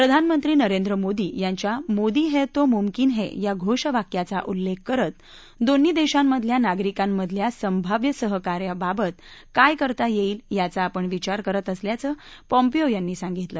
प्रधानमंत्री नरेंद्र मोदी यांच्या मोदी हे तो मुमकिन है या घोष वाक्याचा उल्लेख करत दोन्ही देशांतल्या नागरिकांमधल्या संभाव्य सहकार्याबाबत काय करता येईल याचा आपण विचार करत असल्याचं पॉम्पिओ यांनी सांगितल